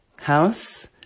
house